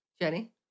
Jenny